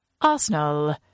Arsenal